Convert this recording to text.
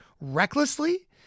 recklessly